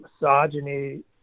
misogyny